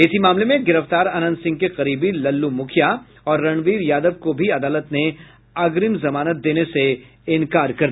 इसी मामले में गिरफ्तार अनंत सिंह के करीबी लल्लू मुखिया और रणवीर यादव को भी अदालत ने अग्रिम जमानत देने से इनकार कर दिया है